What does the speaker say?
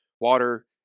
Water